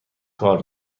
کار